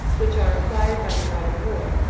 which are acquired by the right of war,